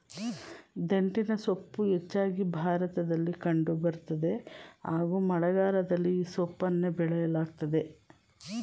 ದಂಟಿನಸೊಪ್ಪು ಹೆಚ್ಚಾಗಿ ಭಾರತದಲ್ಲಿ ಕಂಡು ಬರ್ತದೆ ಹಾಗೂ ಮಳೆಗಾಲದಲ್ಲಿ ಈ ಸೊಪ್ಪನ್ನ ಬೆಳೆಯಲಾಗ್ತದೆ